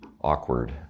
awkward